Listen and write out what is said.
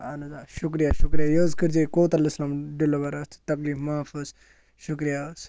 اَہن حظ آ شُکریہ شُکریہ یہِ حظ کٔرۍ زیٚو کوتُ اسلام ڈِلِوَر اَتھ تکلیٖف معاف حظ شُکریہ حظ